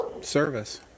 service